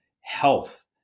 health